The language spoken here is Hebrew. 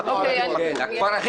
ראמה,